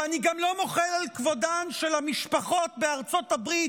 ואני גם לא מוחל על כבודן של המשפחות בארצות הברית,